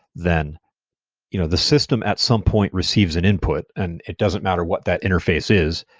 then you know the system at some point receives an input, and it doesn't matter what that interface is.